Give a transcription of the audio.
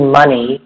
money